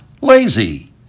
lazy